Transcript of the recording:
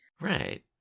Right